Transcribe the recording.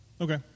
Okay